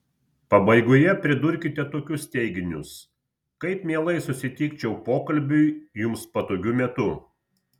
pabaigoje pridurkite tokius teiginius kaip mielai susitikčiau pokalbiui jums patogiu metu